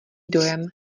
dojem